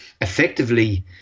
effectively